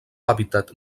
hàbitat